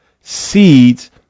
seeds